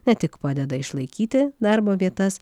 ne tik padeda išlaikyti darbo vietas